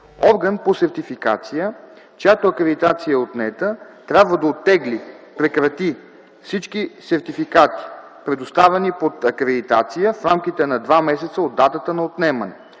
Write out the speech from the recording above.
Орган по сертификация, чиято акредитация е отнета, трябва да оттегли/прекрати всички сертификати, предоставени под акредитация в рамките на два месеца от датата на отнемане.